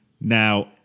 Now